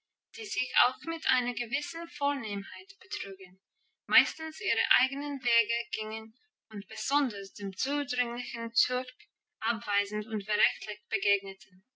die sich auch mit einer gewissen vornehmheit betrugen meistens ihre eigenen wege gingen und besonders dem zudringlichen türk abweisend und verächtlich begegneten